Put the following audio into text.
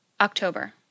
October